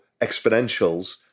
exponentials